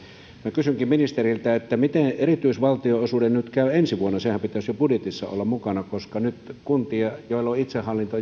kysynkin ministeriltä miten erityisvaltionosuuden käy ensi vuonna senhän pitäisi jo budjetissa olla mukana koska nyt kuntia joilla on itsehallinto